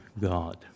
God